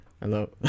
hello